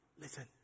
Listen